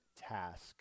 task